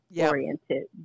oriented